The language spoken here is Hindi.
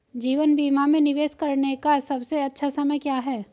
जीवन बीमा में निवेश करने का सबसे अच्छा समय क्या है?